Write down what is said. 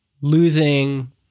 losing